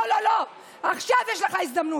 לא לא לא, עכשיו יש לך הזדמנות